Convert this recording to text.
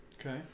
Okay